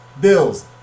Bills